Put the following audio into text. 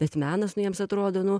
bet menas nu jiems atrodo nu